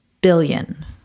billion